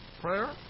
Prayer